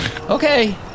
Okay